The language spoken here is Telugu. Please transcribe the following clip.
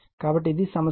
కాబట్టి ఇది సమస్య